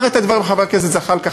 אמר את הדברים חבר הכנסת זחאלקה,